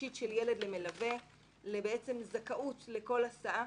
אישית של ילד למלווה לזכאות לכל הסעה.